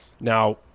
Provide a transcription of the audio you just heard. Now